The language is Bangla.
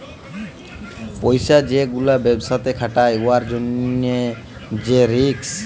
পইসা যে গুলা ব্যবসাতে খাটায় উয়ার জ্যনহে যে রিস্ক